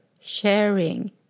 sharing